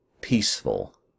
peaceful